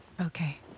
Okay